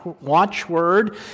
watchword